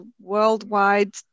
worldwide